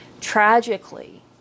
tragically